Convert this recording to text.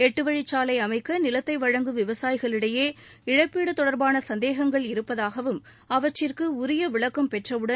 எட்டுவழிச்சாலை அமைக்க நிலத்தை வழங்கும் விவசாயிகளிடையே இழப்பீடு தொடர்பான சந்தேகங்கள் இருப்பதாகவும் அவற்றிற்கு உரிய விளக்கம் பெற்றவுடன்